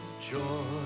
joy